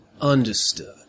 Understood